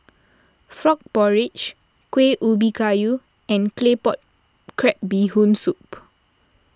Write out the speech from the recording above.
Frog Porridge Kueh Ubi Kayu and Claypot Crab Bee Hoon Soup